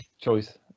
choice